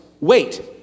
wait